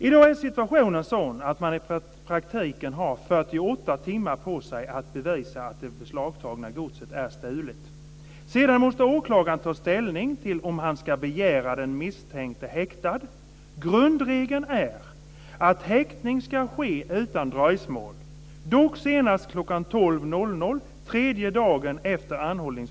I dag är situationen sådan att man i praktiken har 48 timmar på sig att bevisa att det beslagtagna godset är stulet. Sedan måste åklagaren ta ställning till om han ska begära den misstänkte häktad. Grundregeln är att häktning ska ske utan dröjsmål, dock senast kl.